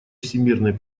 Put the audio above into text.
всемирной